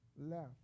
left